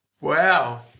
Wow